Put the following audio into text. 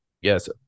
Yes